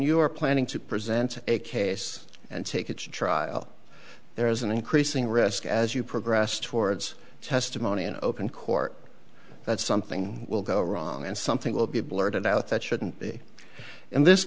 you are planning to present a case and take it to trial there is an increasing risk as you progress towards testimony in open court that something will go wrong and something will be blurted out that shouldn't be in this